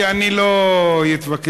כי אני לא אתווכח,